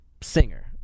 singer